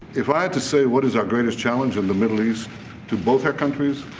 if i had to say what is our greatest challenge in the middle east to both our countries,